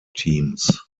teams